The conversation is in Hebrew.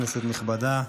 כנסת נכבדה,